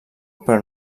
però